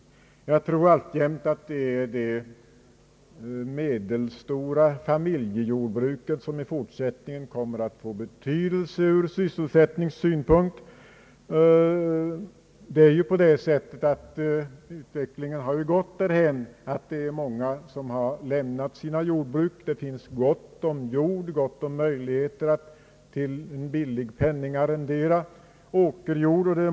Jag tror att det medelstora familjejordbruket också framöver kommer att få betydel se ur sysselsättningssynpunkt. Utvecklingen har gått därhän att många lämnat sina jordbruk. Det finns gott om jord och gott om möjligheter att till en billig penning arrendera åkerjord.